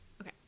Okay